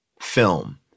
film